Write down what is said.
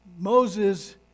Moses